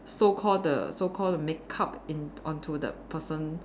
so called the so called makeup in onto the person